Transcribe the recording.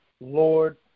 Lord